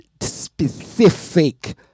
specific